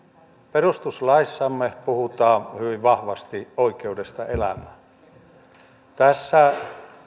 perustuslaissamme puhutaan hyvin vahvasti oikeudesta elämään tässä